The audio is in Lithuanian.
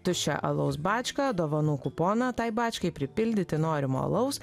tuščią alaus bačką dovanų kuponą tai bačkai pripildyti norimo alaus